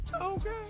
Okay